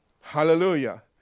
Hallelujah